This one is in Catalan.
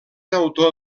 autor